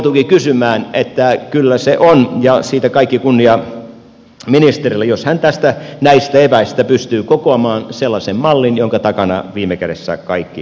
joudunkin sanomaan että kyllä se oli ja on sitä siitä kaikki kunnia ministerille jos hän näistä eväistä pystyy kokoamaan sellaisen mallin jonka takana viime kädessä kaikki voivat olla